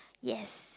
yes